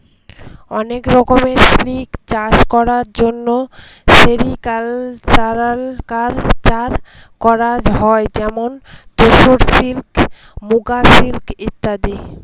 অনেক রকমের সিল্ক চাষ করার জন্য সেরিকালকালচার করা হয় যেমন তোসর সিল্ক, মুগা সিল্ক ইত্যাদি